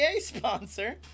sponsor